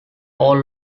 all